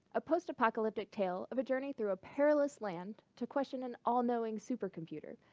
a post apocalyptic tale of a journey through a perilous land to question an all knowing supercomputer.